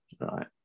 Right